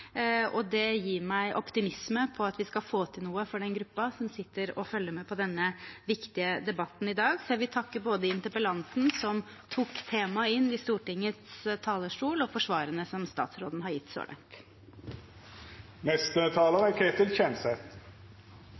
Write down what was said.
og det gir meg optimisme med tanke på at vi skal få til noe for den gruppen som sitter og følger med på denne viktige debatten i dag. Så jeg vil takke både interpellanten, som tok temaet opp på Stortingets talerstol, og statsråden for svarene som han har gitt så langt.